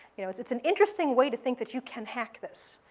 you know it's it's an interesting way to think that you can hack this,